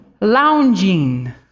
lounging